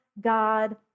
God